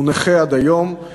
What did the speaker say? הוא נכה עד היום.